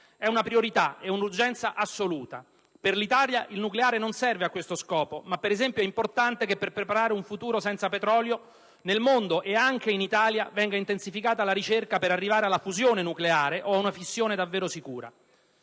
è una priorità e un'urgenza assoluta: per l'Italia il nucleare non serve a questo scopo, ma per preparare un futuro senza petrolio è importante che nel mondo, ed anche in Italia, venga intensificata la ricerca per arrivare alla fusione nucleare o a una fissione davvero sicura.